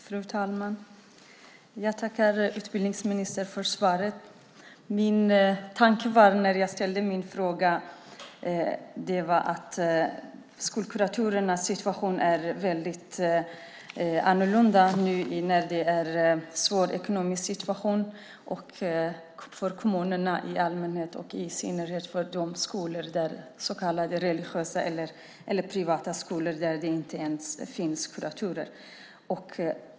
Fru talman! Jag tackar utbildningsministern för svaret. Min tanke när jag ställde min fråga var att skolkuratorernas situation är väldigt annorlunda nu när det är en svår ekonomisk situation för kommunerna i allmänhet och i synnerhet för religiösa eller privata skolor där det inte ens finns kuratorer.